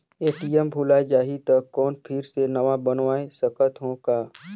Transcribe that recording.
ATM भुलाये जाही तो कौन फिर से नवा बनवाय सकत हो का?